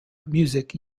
music